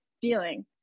feeling